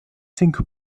zink